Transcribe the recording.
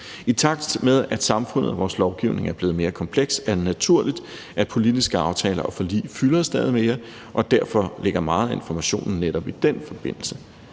I takt med at samfundet og vores lovgivning er blevet mere kompleks, er det naturligt, at politiske aftaler og forlig fylder stadig mere, og derfor ligger meget af informationen netop i den forbindelse.